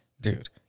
dude